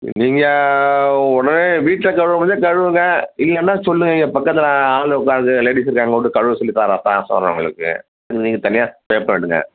நீங்கள் உடனே வீட்டில் கழுவ முடிஞ்சா கழுவுங்க இல்லைன்னா சொல்லுங்கள் இங்கே பக்கத்தில் ஆளு உட்காந்து லேடிஸ் இருக்காங்க விட்டு கழுவ சொல்லி தரோம் தர சொல்லுறோம் உங்களுக்கு நீங்கள் தனியாக பே பண்ணிவிடுங்க